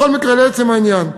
בכל מקרה, לעצם העניין,